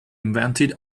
invented